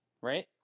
right